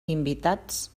invitats